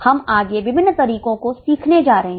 हम आगे विभिन्न तरीकों को सीखने जा रहे हैं